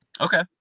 Okay